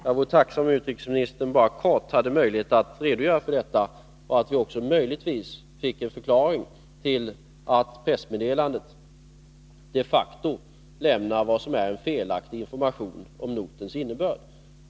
Jag vore tacksam om utrikesministern hade möjlighet att kortfattat redogöra för det och möjligtvis också ge en förklaring till att pressmeddelandet de facto lämnar felaktig information om notens innebörd.